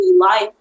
life